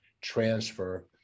transfer